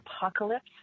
apocalypse